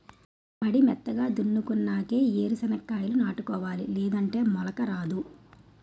మడి మెత్తగా దున్నునాకే ఏరు సెనక్కాయాలు నాటుకోవాలి లేదంటే మొలక రాదు